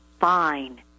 fine